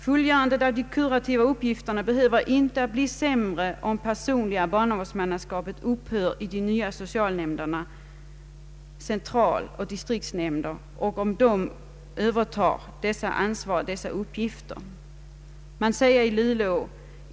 Fullgörandet av de kurativa uppgifterna behöver icke bli sämre om det personliga barnavårdsmannaskapet upphör och de nya socialnämnderna — centraleller distriktsnämnder — övertar ansvar och uppgifter.